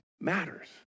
matters